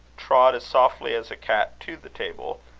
trod as softly as a cat to the table,